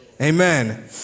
Amen